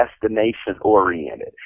destination-oriented